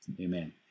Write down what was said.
Amen